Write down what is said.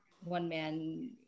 one-man